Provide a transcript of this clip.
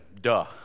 duh